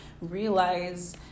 realize